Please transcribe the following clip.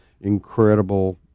incredible